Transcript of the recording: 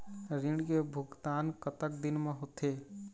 ऋण के भुगतान कतक दिन म होथे?